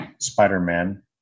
Spider-Man